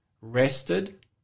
rested